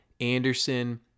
Anderson